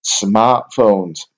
smartphones